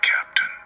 Captain